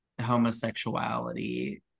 homosexuality